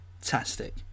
fantastic